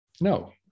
No